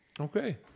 Okay